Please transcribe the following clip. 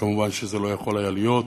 ומובן שזה לא יכול היה להיות.